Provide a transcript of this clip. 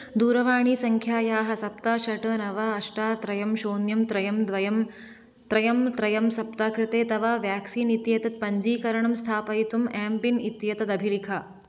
दूरवाणीसङ्ख्यायाः सप्त षट् नव अष्ट त्रयम् शून्यम् त्रयम् द्वयम् त्रयम् त्रयम् सप्त कृते तव वेक्सीन् इत्येतत् पञ्जीकरणं स्थापयितुम् एम्पिन् इत्येतत् अभिलिख